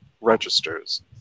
registers